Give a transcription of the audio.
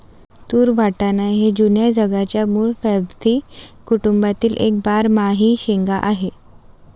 तूर वाटाणा हे जुन्या जगाच्या मूळ फॅबॅसी कुटुंबातील एक बारमाही शेंगा आहे